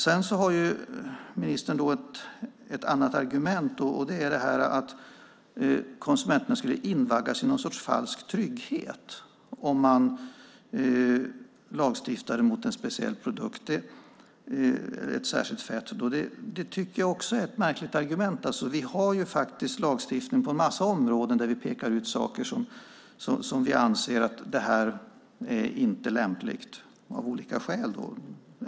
Sedan har ministern ett annat argument, och det är att konsumenterna skulle invaggas i någon sorts falsk trygghet om man lagstiftade mot en speciell produkt - ett särskilt fett. Det tycker jag också är ett märkligt argument. Vi har faktiskt lagstiftning på en massa områden där vi pekar ut saker som vi inte anser vara lämpliga av olika skäl.